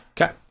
Okay